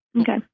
Okay